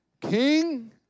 King